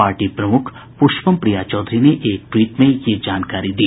party प्रमुख पुष्पम प्रिया चौधरी ने एक ट्वीट में यह जानकारी दी